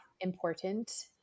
important